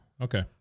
Okay